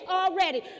already